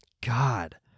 God